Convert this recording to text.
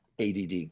ADD